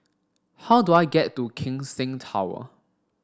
how do I get to Keck Seng Tower